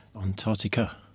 Antarctica